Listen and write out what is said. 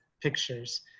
pictures